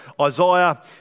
Isaiah